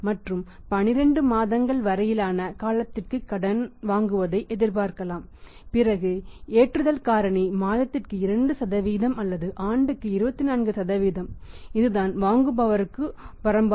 மற்றும் 12 மாதங்கள் வரையிலான காலத்திற்கு கடன் வாங்குவதை எதிர்பார்க்கலாம் பிறகு ஏற்றுதல் காரணி மாதத்திற்கு 2 அல்லது ஆண்டுக்கு 24 இதுதான் வாங்குபவருக்கு வரம்பாகும்